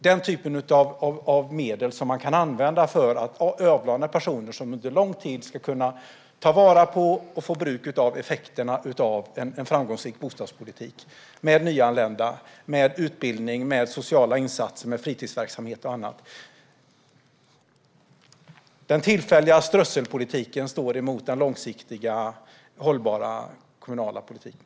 Den typen av medel kan man använda för att avlöna personer som under lång tid ska kunna ta vara på och få bruk av effekterna av en framgångsrik bostadspolitik. Man kan arbeta med nyanlända, med utbildning, med sociala insatser, med fritisverksamhet och annat. Den tillfälliga strösselpolitiken står emot den långsiktiga hållbara kommunala politiken.